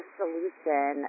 solution